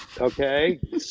Okay